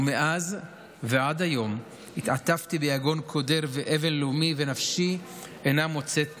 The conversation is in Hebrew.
ומאז ועד היום התעטפתי ביגון קודר ואבל לאומי ונפשי אינה מוצאת נחמה.